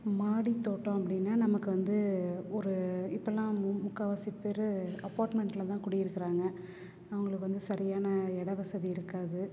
மாடி தோட்டம் அப்படின்னா நமக்கு வந்து ஒரு இப்பெல்லாம் மு முக்கால்வாசி பேர் அப்பார்ட்மெண்ட்ல தான் குடியிருக்காங்க அவங்களுக்கு வந்து சரியான இட வசதி இருக்காது